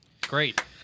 Great